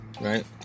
right